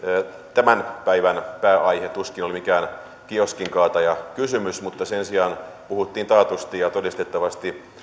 tämän päivän pääaihe tuskin oli mikään kioskinkaatajakysymys mutta sen sijaan puhuttiin taatusti ja todistettavasti